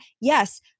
yes